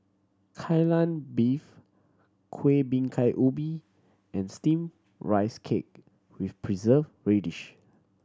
Kai Lan Beef Kueh Bingka Ubi and Steamed Rice Cake with Preserved Radish